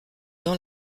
dans